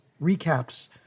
recaps